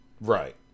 Right